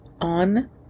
on